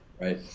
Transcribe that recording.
right